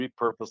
repurpose